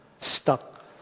stuck